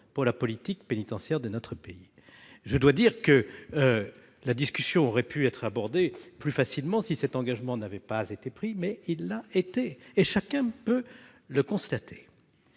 pour la politique pénitentiaire de notre pays. La discussion aurait pu être abordée plus facilement si cet engagement n'avait pas été pris, mais il l'a été, chacun peut le constater.